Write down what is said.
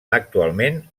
actualment